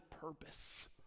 purpose